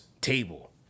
table